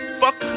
fuck